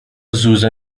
زوزه